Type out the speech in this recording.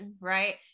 right